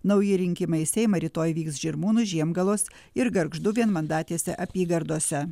naują rinkimą į seimą rytoj vyks žirmūnų žiemgalos ir gargždų vienmandatėse apygardose